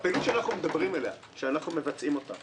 הפעילות שאנחנו מדברים עליה, שאנחנו מבצעים אותה